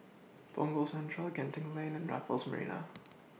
Punggol Central Genting Lane and Raffles Marina